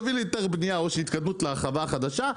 תביא לי היתר בנייה או איזושהי התקדמות לחווה החדשה,